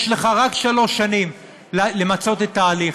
יש לך רק שלוש שנים למצות את ההליך,